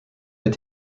est